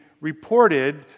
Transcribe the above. reported